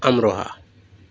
Amroha